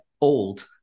Old